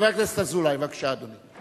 חבר הכנסת אזולאי, בבקשה, אדוני.